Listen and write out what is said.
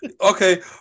Okay